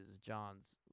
John's